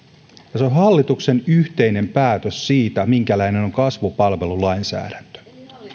tässä on hallituksen yhteinen päätös siitä minkälainen on kasvupalvelulainsäädäntö